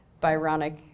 Byronic